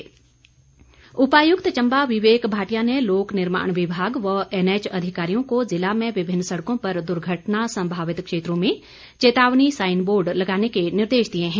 DC Chamba उपायुक्त चंबा विवेक भाटिया ने लोक निर्माण विभाग व एनएच अधिकारियों को जिला में विभिन्न सड़कों पर दुर्घटना संभावित क्षेत्रों में चेतावनी साईन बोर्ड लगाने के निर्देश दिए हैं